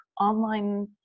online